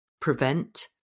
prevent